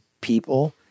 people